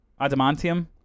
Adamantium